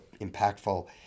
impactful